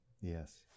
Yes